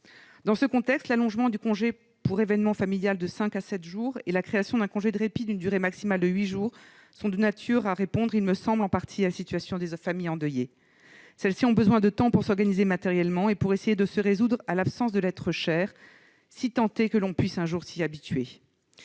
Dans ce contexte, l'allongement du congé pour événement familial de cinq à sept jours et la création d'un congé de répit d'une durée maximale de huit jours sont de nature à répondre, en partie, à la situation des familles endeuillées. Ces dernières ont besoin de temps pour s'organiser matériellement et pour essayer de se résoudre à l'absence de l'être cher, si tant est que l'on puisse un jour s'y habituer.